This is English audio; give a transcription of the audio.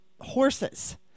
horses